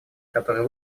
который